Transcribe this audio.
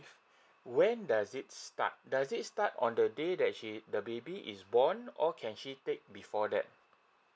when does it start does it start on the day that she the baby is born or can she take before that